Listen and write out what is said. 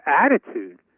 attitude